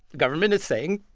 the government is saying,